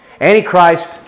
Antichrist